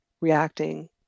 reacting